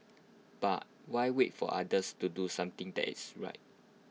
but why wait for others to do something that is right